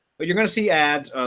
but you're going to see ads.